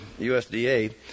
USDA